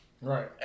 Right